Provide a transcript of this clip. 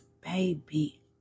baby